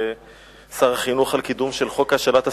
ולשר החינוך על קידום חוק השאלת הספרים,